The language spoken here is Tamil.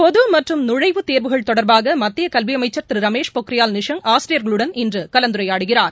பொது மற்றும் நுழைவுத் தேர்வுகள் தொடர்பாக மத்திய கல்வி அமைச்சர் திரு ரமேஷ் பொக்ரியால் நிஷாங் ஆசிரியர்களுடன் இன்று கலந்துரையாடுகிறார்